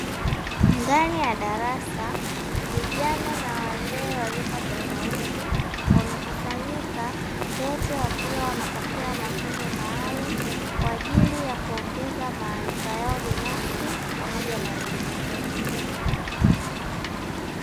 Ndani ya darasa, vijana na wazee warika tofauti wamekusanyika wote wakiwa wanapokea mafunzo maalumu kwa ajili ya kuongeza maarifa yao binafsi pamoja na elimu.